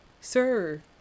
Sir